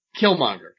Killmonger